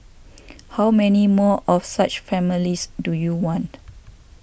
how many more of such families do you want